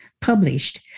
published